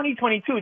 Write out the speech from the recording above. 2022